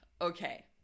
Okay